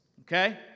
Okay